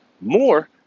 more